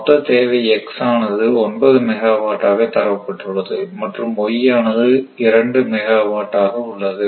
மொத்த தேவை x ஆனது 9 மெகாவாட்டாக தரப்பட்டுள்ளது மற்றும் y ஆனது 2 மெகாவாட்டாக உள்ளது